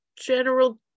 general